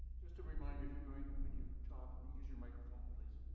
just a reminder, if you're going to. when you talk, use your microphone please.